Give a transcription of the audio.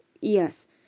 Yes